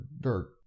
dirt